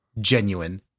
genuine